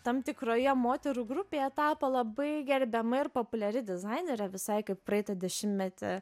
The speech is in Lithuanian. tam tikroje moterų grupėje tapo labai gerbiama ir populiari dizainerė visai kaip praeitą dešimtmetį